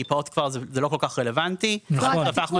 כי "פעוט" זה כבר לא כל כך רלוונטי: הפכנו